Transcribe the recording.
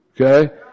Okay